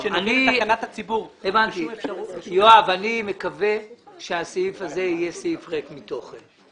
אני מקווה שהסעיף הזה יהיה סעיף ריק מתוכן.